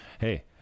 hey